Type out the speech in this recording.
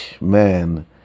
man